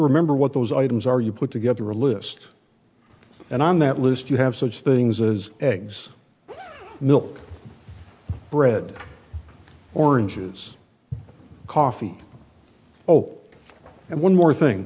remember what those items are you put together a list and on that list you have such things as eggs milk bread oranges coffee oh and one more thing